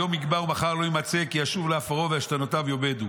היום יגבה ומחר לא יימצא כי ישוב לעפרו ועשתונותיו יאבדו".